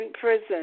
prison